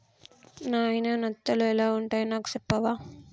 నాయిన నత్తలు ఎలా వుంటాయి నాకు సెప్పవా